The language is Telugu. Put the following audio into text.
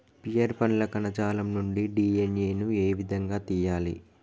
పియర్ పండ్ల కణజాలం నుండి డి.ఎన్.ఎ ను ఏ విధంగా తియ్యాలి?